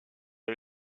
est